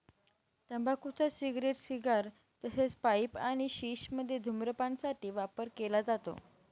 तंबाखूचा cigarette, cigar तसेच pipe आणि शिश मध्ये धूम्रपान साठी वापर केला जातो